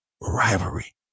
rivalry